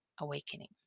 awakening